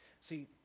See